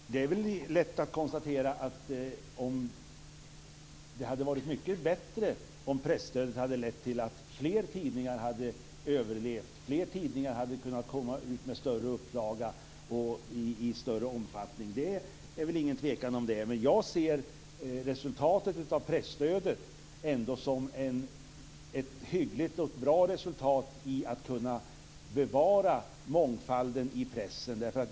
Fru talman! Det är lätt att konstatera att det hade varit mycket bättre om presstödet hade lett till att fler tidningar hade överlevt och fler tidningar hade kunnat komma ut med större upplaga och i större omfattning. Det är väl ingen tvekan om det. Men jag ser ändå resultatet av presstödet som ett hyggligt och bra resultat när det gäller att kunna bevara mångfalden i pressen.